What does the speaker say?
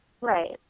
Right